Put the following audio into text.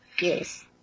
Yes